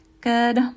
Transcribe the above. Good